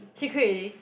she quit already